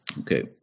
Okay